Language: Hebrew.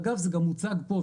אגב זה גם הוצג פה,